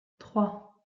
trois